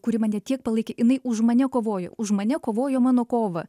kuri mane tiek palaikė jinai už mane kovojo už mane kovojo mano kovą